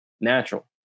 natural